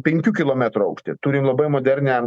penkių kilometrų aukštyje turim labai modernią